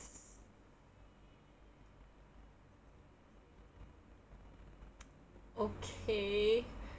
okay